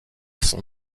son